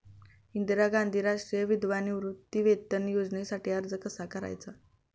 इंदिरा गांधी राष्ट्रीय विधवा निवृत्तीवेतन योजनेसाठी अर्ज कसा करायचा?